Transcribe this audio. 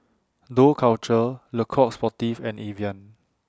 Dough Culture Le Coq Sportif and Evian